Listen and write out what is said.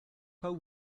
pas